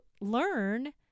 learn